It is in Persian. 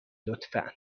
لطفا